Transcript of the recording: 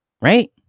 Right